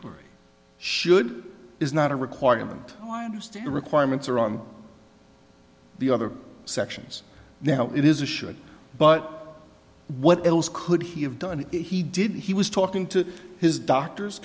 inquiry should is not a requirement i understand requirements are on the other sections now it is a should but what else could he have done it he did he was talking to his doctors